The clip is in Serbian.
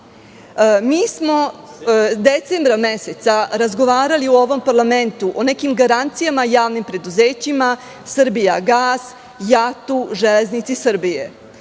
Mi smo decembra meseca razgovarali u ovom parlamentu o nekim garancijama javnim preduzećima "Srbijagas", "JAT", "Železnica Srbije".